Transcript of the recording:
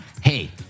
Hey